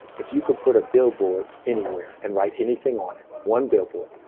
if you could put a billboard anywhere and write anything on it, one billboard,